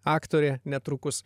aktorė netrukus